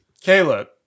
Caleb